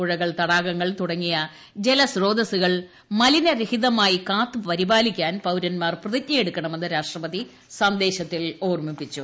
പുഴകൾ തടാകങ്ങൾ തുടങ്ങിയ ജലസോത്രസ്സുകൾ മലിനരഹിതമായി കാത്തു പരിപാലിക്കാൻ പൌരൻമാർ പ്രതിജ്ഞ എടുക്കണമെന്ന് രാഷ്ട്രപതി സന്ദേശത്തിൽ ഓർമ്മിപ്പിച്ചു